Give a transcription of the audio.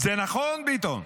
זה נכון, ביטון?